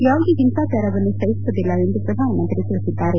ಯಾವುದೆ ಹಿಂಸಾಚಾರವನ್ನು ಸಹಿಸುವುದಿಲ್ಲ ಎಂದು ಶ್ರಧಾನಮಂತ್ರಿ ತಿಳಿಬಿದ್ದಾರೆ